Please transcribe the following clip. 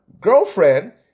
girlfriend